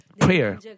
prayer